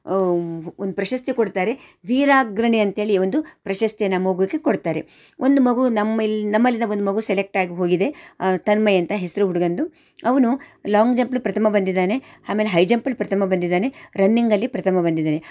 ಒಂದು ಪ್ರಶಸ್ತಿ ಕೊಡ್ತಾರೆ ವೀರಾಗ್ರಣೆ ಅಂತೇಳಿ ಒಂದು ಪ್ರಶಸ್ತಿಯನ್ನು ಆ ಮಗುಗೆ ಕೊಡ್ತಾರೆ ಒಂದು ಮಗು ನಮ್ಮ ಇಲ್ಲಿ ನಮ್ಮಲ್ಲಿನ ಒಂದು ಮಗು ಸೆಲೆಕ್ಟಾಗಿ ಹೋಗಿದೆ ತನ್ಮಯ್ ಅಂತ ಹೆಸರು ಹುಡುಗಂದು ಅವನು ಲಾಂಗ್ ಜಂಪಲ್ಲಿ ಪ್ರಥಮ ಬಂದಿದ್ದಾನೆ ಆಮೇಲೆ ಹೈ ಜಂಪಲ್ಲಿ ಪ್ರಥಮ ಬಂದಿದ್ದಾನೆ ರನ್ನಿಂಗಲ್ಲಿ ಪ್ರಥಮ ಬಂದಿದ್ದಾನೆ